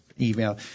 email